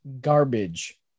garbage